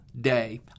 day